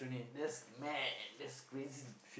that's mad that's crazy